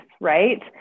right